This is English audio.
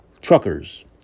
truckers